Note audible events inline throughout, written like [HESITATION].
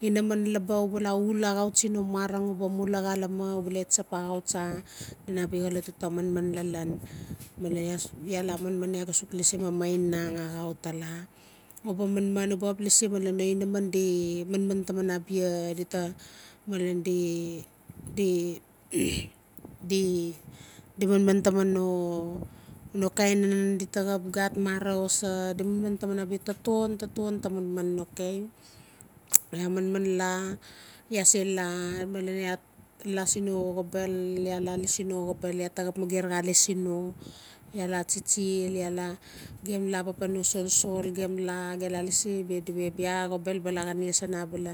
Inaman laba u bla uul axautsi no mara o u ba mula xalame u bale tsap axautsa [NOISE] lan abia xolot uta manman lalon [NOISE] male iaa la manman ia ga suk lasi mamainang axau tala u ba manman u ba xap lasi mlen no inaman di manman taaman abia di ta malen di-di [NOISE] di manman taman no-no kain [NOISE] di ta xap gat mara o sa di manman taman abia taton ta manman okay iaa manman la iaa sela malen iaa la sin no xobel iaa la lasi no xobel ia ta xap mager lasi no iaa la tsitsil [NOISE] gem la papan no solsol gem la gem la lasi di we bia xobel iesen abala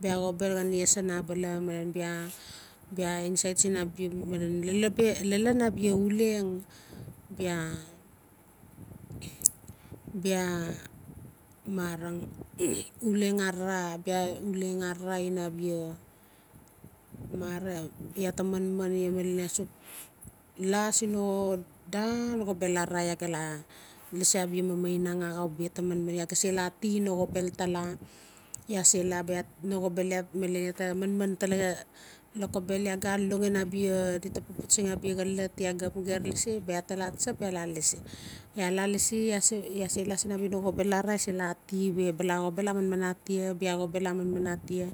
bia xobel xan iesen abala malen bia-bia insait sin abia malen lalon bia uleng iaa [NOISE] bia [HESITATION] marang uleng arara ina abia mar iaa ta manman la siin no daan xobel arana ia a gal lasi abia mamaining axau bia ta manman ia ga se lla ati no xobel tala iaa se la bia no xobel [HESITATION] malen iaa tala lokobel iaga alongmen abia di ta pautsangi abia xolot [NOISE] laa ga xap mager lasi bia iaa ta tsap iaa la lasi iaa la lasi [HESITATION] iaa se la siin cobel arara iaa se la ati we bla xobel a manman atia bia xobel a manan atia